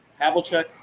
Havlicek